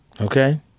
Okay